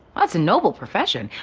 that's a noble profession.